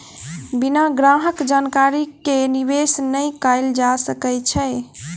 बिना ग्राहक जानकारी के निवेश नै कयल जा सकै छै